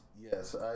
Yes